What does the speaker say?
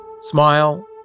Smile